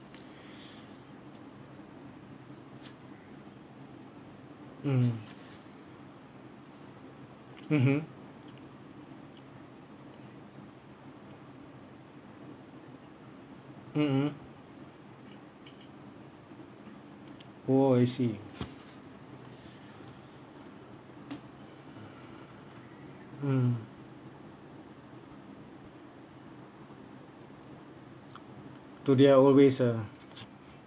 mm mmhmm mm mm oh I see mm to their always ah